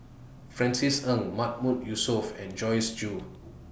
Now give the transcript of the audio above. Francis Ng Mahmood Yusof and Joyce Jue